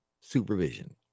supervision